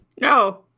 No